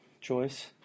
choice